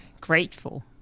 grateful